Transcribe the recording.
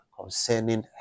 concerning